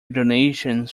donations